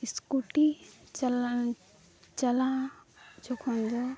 scooty ᱪᱟᱞᱟᱜ ᱪᱟᱞᱟᱜ ᱡᱚᱠᱷᱚᱱ ᱫᱚ